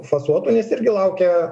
fasuotų nes irgi laukia